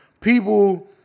People